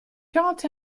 quarante